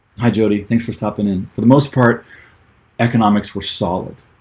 hi jodi. thanks for stopping in for the most part economics were solid.